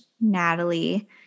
Natalie